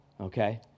okay